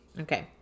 Okay